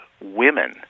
women